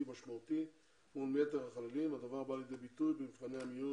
משמעותי מול יתר החיילים והדבר בא לידי ביטוי במבחני המיון